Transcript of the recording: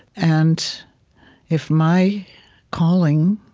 and if my calling,